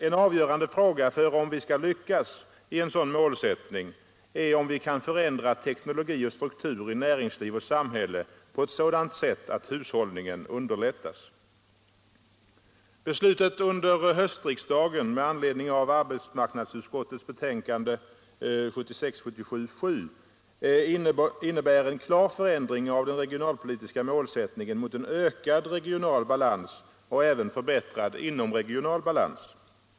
En avgörande fråga när det gäller om vi skall lyckas att nå ett sådant mål är om vi kan förändra teknologi och struktur i näringsliv och samhälle på ett sådant sätt att hushållningen underlättas. Beslutet under höstriksdagen med anledning av arbetsmarknadsutskottets betänkande 1976/77:7 innebär en klar förändring av den regionalpolitiska målsättningen mot ökad regional balans och även förbättrad inomregional balans.